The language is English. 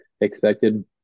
expected